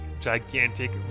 gigantic